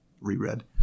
reread